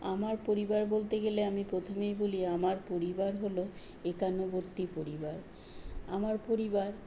আমার পরিবার বলতে গেলে আমি প্রথমেই বলি আমার পরিবার হলো একান্নবর্তী পরিবার আমার পরিবার